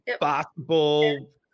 basketball